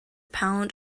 pound